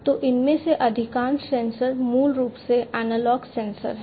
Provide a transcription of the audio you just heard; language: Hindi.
तो इनमें से अधिकांश सेंसर मूल रूप से एनालॉग सेंसर हैं